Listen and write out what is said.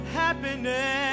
happiness